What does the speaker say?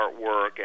artwork